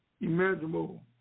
imaginable